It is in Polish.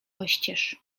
oścież